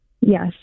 Yes